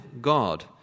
God